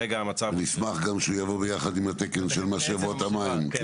גם נשמח שהוא יבוא ביחד עם התקן של משאבות המים.